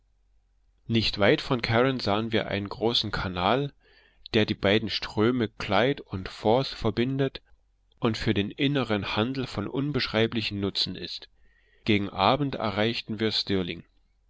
nicht weit von carron sahen wir einen großen kanal der die beiden ströme clyde und forth verbindet und für den inneren handel von unbeschreiblichem nutzen ist gegen abend erreichten wir stirling